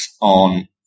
on